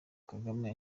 kagame